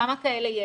כמה כאלה יש?